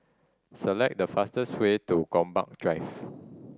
select the fastest way to Gombak Drive